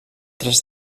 tres